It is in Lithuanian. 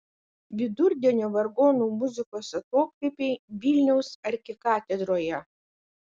vidurdienio vargonų muzikos atokvėpiai vilniaus arkikatedroje